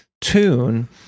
tune